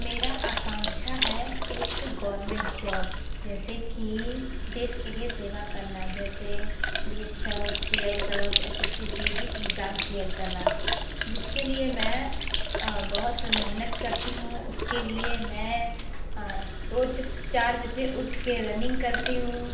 मेरा आकांक्षा है एक गवर्नमेंट जॉब जैसे कि देश के लिए सेवा करना जैसे B S F C I S F S S C G D exam clear करना जिस के लिए मैं बहुत मेहनत करती हूँ उस के लिए मैं रोज़ चार बजे उठ के रनिंग करती हूँ